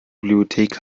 bibliothek